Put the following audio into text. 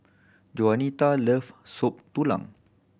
Juanita loves Soup Tulang